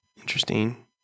interesting